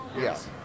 Yes